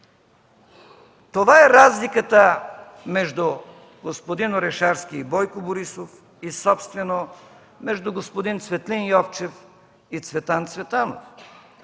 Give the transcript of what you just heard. Това е разликата между господин Орешарски и Бойко Борисов и собствено между господин Цветлин Йовчев и Цветан Цветанов.